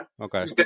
Okay